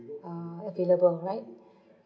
uh available right